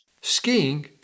Skiing